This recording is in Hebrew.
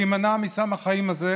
להימנע מסם החיים הזה,